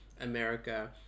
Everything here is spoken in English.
America